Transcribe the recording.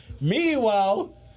Meanwhile